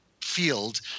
field